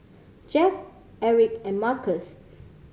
Jeff Aric and Markus